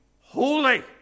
holy